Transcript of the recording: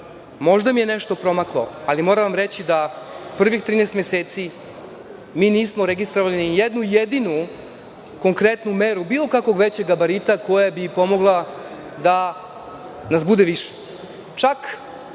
Možda mi je nešto promaklo, ali moram vam reći da prvih 13 meseci mi nismo registrovali ni jednu jedinu konkretnu meru bilo kakvog većeg gabarita koja bi pomogla da nas bude više. Čak,